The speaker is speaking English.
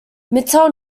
mitel